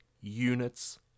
units